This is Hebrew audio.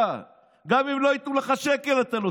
אבל אני אגיד לך את האמת?